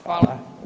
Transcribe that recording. Hvala.